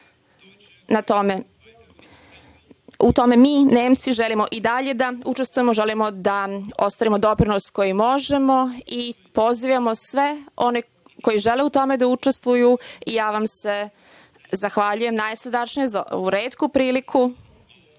U tome mi Nemci želimo i dalje da učestvujemo, želimo da ostvarimo doprinos koji možemo i pozivamo sve one koji žele u tome da učestvuju. Zahvaljujem vam se najsrdačnije za ovu retku priliku